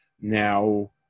Now